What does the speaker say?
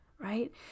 right